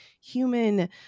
human